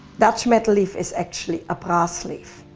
dutch metal leaf is actually a brass leaf,